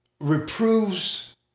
reproves